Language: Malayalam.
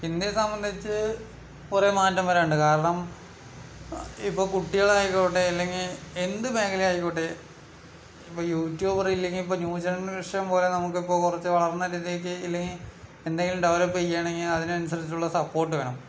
ഇന്ത്യയെ സംബന്ധിച്ച് കുറേ മാറ്റം വരാനുണ്ട് കാരണം ഇപ്പോൾ കുട്ടികളായിക്കോട്ടെ അല്ലെങ്കിൽ എന്ത് മേഖല ആയിക്കോട്ടെ ഇപ്പോൾ യൂട്യൂബറില്ലെങ്കിൽ ഇപ്പോൾ ന്യൂ ജനറേഷൻ പോലെ നമുക്കിപ്പോൾ കുറച്ച് വളർന്ന രീതിക്ക് ഇല്ലെങ്കിൽ എന്തെങ്കിലും ഡെവലപ്പ് ചെയ്യണമെങ്കിൽ അതിനനുസരിച്ചുള്ള സപ്പോർട്ട് വേണം